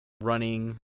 running